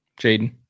Jaden